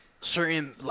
certain